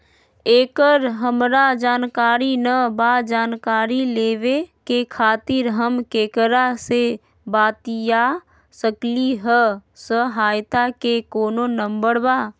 एकर हमरा जानकारी न बा जानकारी लेवे के खातिर हम केकरा से बातिया सकली ह सहायता के कोनो नंबर बा?